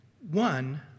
one